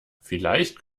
vielleicht